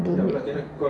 don't need